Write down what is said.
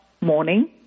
morning